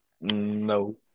No